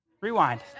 Rewind